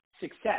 Success